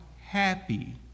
happy